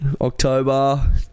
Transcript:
October